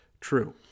true